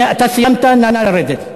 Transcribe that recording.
אתה סיימת, נא לרדת.